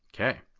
Okay